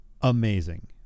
Amazing